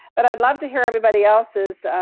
but i'd love to hear everybody else's